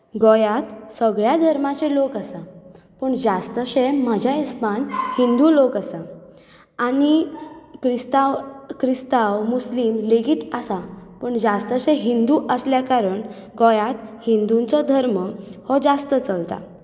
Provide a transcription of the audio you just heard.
गोंयांत सगळ्या धर्माचे लोक आसात पूण जास्तशे म्हज्या हिसबान हिंदू लोक आसात आनी क्रिस्तांव क्रिस्तांव मुस्लीम लेगीत आसात पूण जास्तशे हिंदू आसल्या कारण गोंयांत हिंदूंचो धर्म हो जास्त चलता